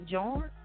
John